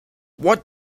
what